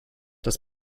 das